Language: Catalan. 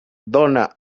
dona